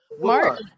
Mark